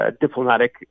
Diplomatic